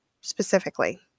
specifically